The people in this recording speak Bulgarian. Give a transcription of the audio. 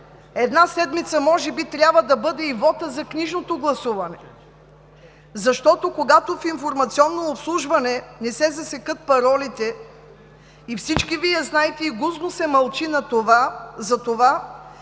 една седмица може би трябва да бъде и вотът за книжното гласуване? Защото, когато в „Информационно обслужване“ не се засекат паролите – всички знаете и гузно се мълчи за това,